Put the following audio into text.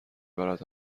برد